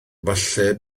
falle